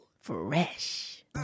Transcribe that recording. Fresh